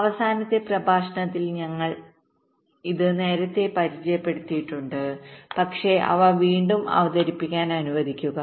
അവസാനത്തെ പ്രഭാഷണത്തിൽ ഞങ്ങൾ ഇത് നേരത്തെ പരിചയപ്പെടുത്തിയിട്ടുണ്ട് പക്ഷേ അവ വീണ്ടും അവതരിപ്പിക്കാൻ അനുവദിക്കുക